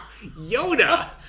Yoda